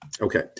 Okay